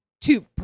Two